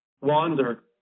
wander